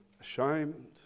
ashamed